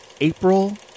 April